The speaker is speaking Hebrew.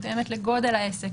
מותאמת לגודל העסק,